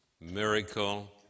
miracle